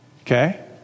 Okay